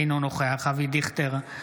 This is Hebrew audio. אינו נוכח אבי דיכטר,